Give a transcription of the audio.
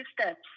steps